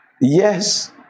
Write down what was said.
Yes